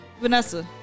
Vanessa